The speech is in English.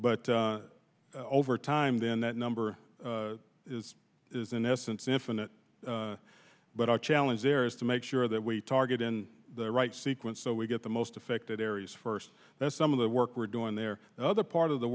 but over time then that number is is in essence infinite but our challenge there is to make sure that we target in the right sequence so we get the most affected areas first that some of the work we're doing there the other part of the